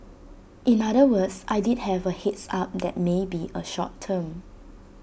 in other words I did have A heads up that may be A short term